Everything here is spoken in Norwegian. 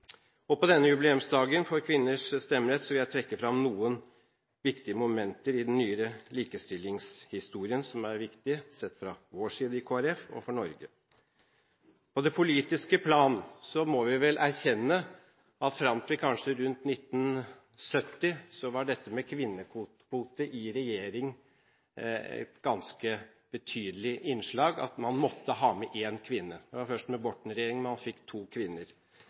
På denne jubileumsdagen for kvinners stemmerett vil jeg trekke fram noen viktige momenter i den nyere likestillingshistorien som er viktige sett fra vår side i Kristelig Folkeparti – og for Norge. På det politiske plan må vi vel erkjenne at fram til kanskje rundt 1970 var dette med kvinnekvote i regjering mer for syns skyld, at man måtte ha med én kvinne – det var først under Borten-regjeringen at man fikk to kvinner.